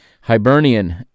Hibernian